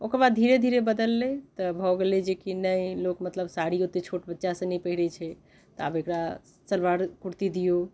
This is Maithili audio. ओकर बाद धीरे धीरे बदललै तऽ भऽ गेलै जे कि नहि लोक मतलब साड़ी ओते छोट बच्चा से नहि पहिरैत छै तऽ आब एकरा सलवार कुर्ती दिऔ